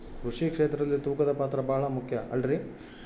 ಕೃಷಿ ಕ್ಷೇತ್ರದಲ್ಲಿ ತೂಕದ ಪಾತ್ರ ಬಹಳ ಮುಖ್ಯ ಅಲ್ರಿ?